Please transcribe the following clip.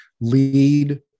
lead